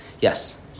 Yes